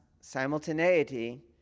simultaneity